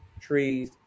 trees